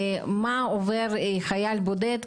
מה עובר חייל בודד,